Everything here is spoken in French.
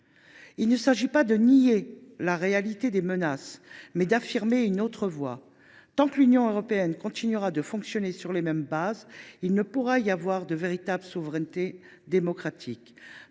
Il s’agit non pas de nier la réalité des menaces, mais d’affirmer une autre voie. Tant que l’Union européenne continuera de fonctionner sur les mêmes bases, il ne pourra pas y avoir de véritable souveraineté démocratique.